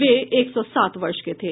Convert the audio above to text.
वे एक सौ सात वर्ष के थे